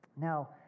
Now